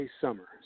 Summer